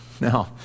Now